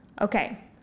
Okay